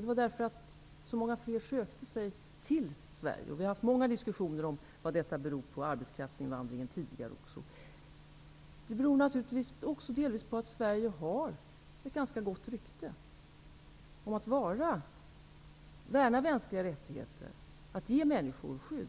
Det berodde på att så många fler sökte sig till Sverige. Och vi har haft många diskussioner om vad det beror på, t.ex. arbetskraftsinvandringen tidigare osv. Det beror naturligtvis även delvis på att Sverige har ett ganska gott rykte om att värna mänskliga rättigheter och att ge människor skydd.